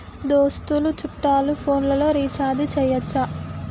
దోస్తులు చుట్టాలు ఫోన్లలో రీఛార్జి చేయచ్చా?